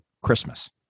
Christmas